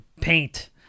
paint